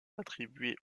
attribués